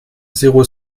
zéro